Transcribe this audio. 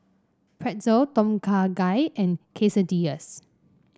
Pretzel Tom Kha Gai and Quesadillas